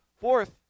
Fourth